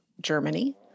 Germany